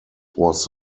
was